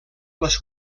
les